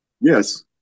Yes